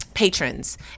patrons